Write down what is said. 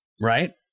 right